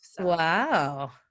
Wow